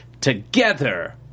together